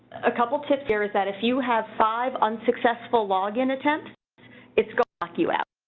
a couple tips care is that if you have five unsuccessful login attempts it's going to lock you out.